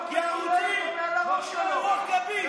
רוח גבית,